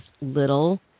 little